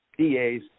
DAs